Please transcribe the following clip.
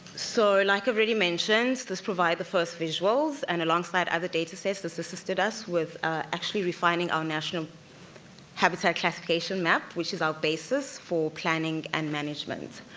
so like i've already mentioned, these provide the first visuals, and alongside other datasets that's assisted us with actually refining our national habitat classification map, which is our basis for planning and management.